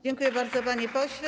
Dziękuję bardzo, panie pośle.